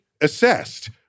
assessed